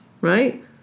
Right